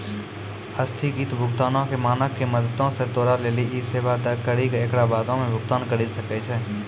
अस्थगित भुगतानो के मानक के मदतो से तोरा लेली इ सेबा दै करि के एकरा बादो मे भुगतान करि सकै छै